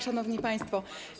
Szanowni Państwo!